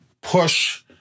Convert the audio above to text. push